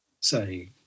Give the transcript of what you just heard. say